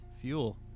fuel